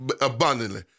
abundantly